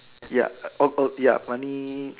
ya oh oh ya funny